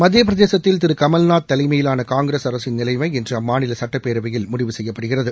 மத்திய பிரதேசத்தில் திரு கமல்நாத் தலைமையிலான காங்கிரஸ் அரசின் நிலைமை இன்று அம்மாநில சட்டப்பேரவையில் முடிவு செய்யப்படுகிறது